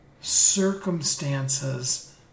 circumstances